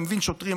אני מבין שוטרים,